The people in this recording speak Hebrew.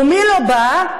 ומי לא בא?